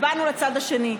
הצבענו לצד השני,